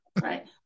right